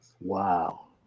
Wow